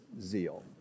zeal